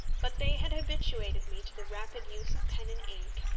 but they had habituated me to the rapid use of pen and ink,